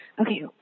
okay